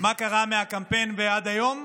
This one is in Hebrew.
מה קרה מהקמפיין עד היום?